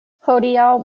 hodiaŭ